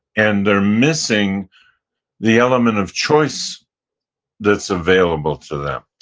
and they're missing the element of choice that's available to them